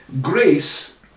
grace